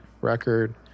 record